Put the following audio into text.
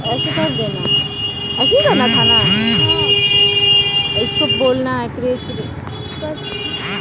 कस्मिरीके उत्पादन कस्मिरि बकरी एकर सन निकालल जाइ छै